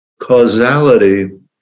causality